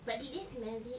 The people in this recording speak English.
but did they smell it